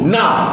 now